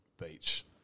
beach